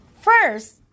First